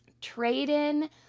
trade-in